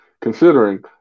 considering